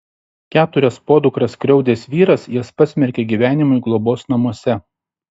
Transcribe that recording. keturias podukras skriaudęs vyras jas pasmerkė gyvenimui globos namuose